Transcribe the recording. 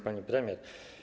Pani Premier!